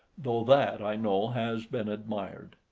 though that i know has been admired.